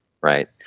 right